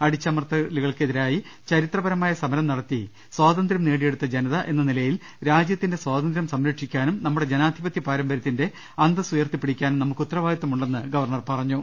അടിച്ചമർത്ത ലുകൾക്കെതിരായി ചരിത്രപരമായ സമരം നടത്തി സ്വാതന്ത്ര്യം നേടിയെ ടുത്ത ജനതി എന്ന നിലയിൽ രാജ്യത്തിന്റെ സ്വാതന്ത്ര്യം സംരക്ഷിക്കാനും ന മ്മ ട ജനാധിപത്യ പാരമ്പര്യത്തിന്റെ അന്തസ്സ് ഉയർത്തിപ്പിടിക്കാനും നമുക്ക് ഉത്ത രവാദിത്വമുണ്ടെന്ന് ഗവർണർ പറഞ്ഞു